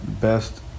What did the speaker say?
best